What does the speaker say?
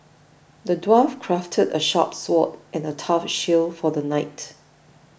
the dwarf crafted a sharp sword and a tough shield for the night